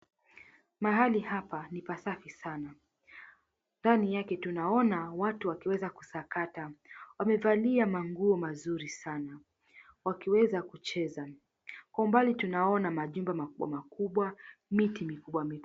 Mahali hapa ni pasafi sana. Ndani yake tunaona watu wakiweza kusakata. Wamevaa manguo mazuri sana. Wakiweza kucheza. Kwa umbali tunaona majumba makubwa makubwa, miti mikubwa mikubwa.